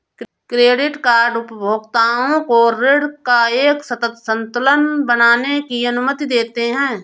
credit card उपभोक्ताओं को ऋण का एक सतत संतुलन बनाने की अनुमति देते हैं